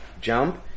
Jump